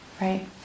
right